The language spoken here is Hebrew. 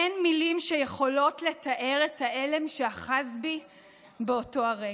אין מילים שיכולות לתאר את ההלם שאחז בי באותו הרגע.